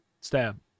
stab